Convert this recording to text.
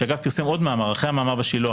שפרסם עוד מאמר אחרי המאמר ב"השילוח",